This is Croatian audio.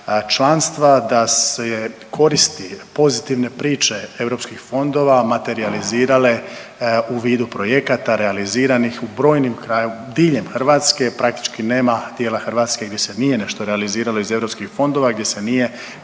članstva, da se koristi, pozitivne priče EU fondova materijalizirane u vidu projekata realiziranih u brojnim kraju, diljem Hrvatske, praktički nema dijela Hrvatske gdje se nije nešto realiziralo iz EU fondova, gdje se nije neka